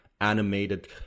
animated